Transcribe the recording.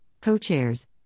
Co-Chairs